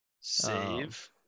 Save